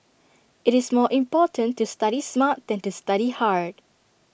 IT is more important to study smart than to study hard